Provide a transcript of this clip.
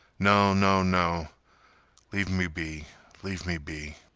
no no no leave me be leave me be